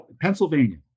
Pennsylvania